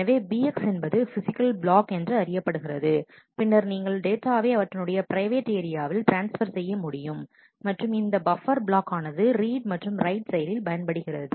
எனவே Bx என்பது physical block என்று அறியப்படுகிறது பின்னர் நீங்கள் டேட்டாவை அவற்றினுடைய பிரைவேட் ஏரியாவில் டிரான்ஸ்பர் செய்ய முடியும் மற்றும் இந்த பப்பர் பிளாக் ஆனது ரீட் மற்றும் ரைட் செயலில் பயன்படுகிறது